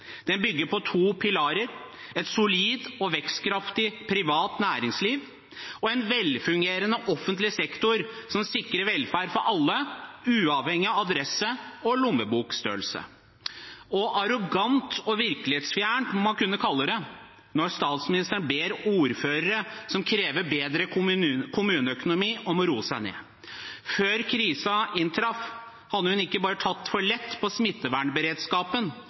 Den bygger på to pilarer: et solid og vekstkraftig privat næringsliv og en velfungerende offentlig sektor som sikrer velferd for alle, uavhengig av adresse og lommebokstørrelse. Arrogant og virkelighetsfjernt må man kunne kalle det når statsministeren ber ordførere som krever bedre kommuneøkonomi, om å roe seg ned. Før krisen inntraff, hadde hun ikke bare tatt for lett på smittevernberedskapen,